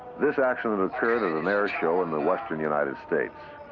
this accident occurred at an airshow in the western united states.